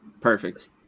Perfect